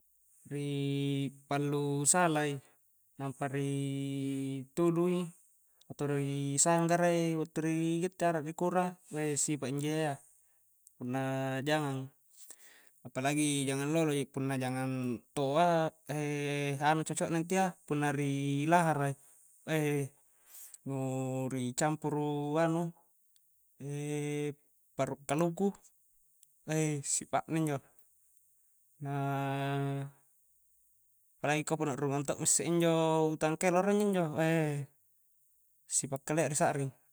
ri pallu salai' nampa riii tunu i atau riii sanggara i, battu ri gitte arak ri kura eih sipa' injo iya-ya punna jangang, apalagi jangang lolo ji punna jangang toa anu cocokna intia punna ri lahara i eih nuu ri campuru anu paru' kaluku eih sipa'na injo na apalagi ka punna rurungang to' misse injo utang keloro injo-njo eih sipa' kalia ri sa'ring.